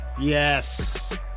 Yes